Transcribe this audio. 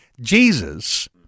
Jesus